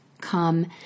come